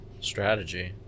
strategy